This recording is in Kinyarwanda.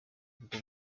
ubwo